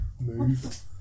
move